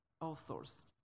authors